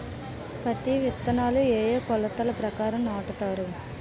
పత్తి విత్తనాలు ఏ ఏ కొలతల ప్రకారం నాటుతారు?